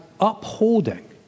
upholding